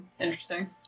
interesting